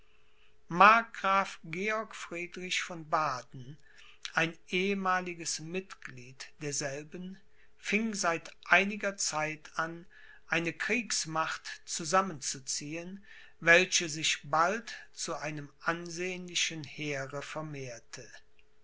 von baden ein ehemaliges mitglied derselben fing seit einiger zeit an eine kriegsmacht zusammenzuziehen welche sich bald zu einem ansehnlichen heere vermehrte